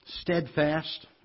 steadfast